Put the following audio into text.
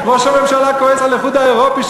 ראש הממשלה כועס על האיחוד האירופי,